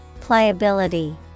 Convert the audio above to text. Pliability